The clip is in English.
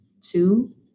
two